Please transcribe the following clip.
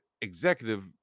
executive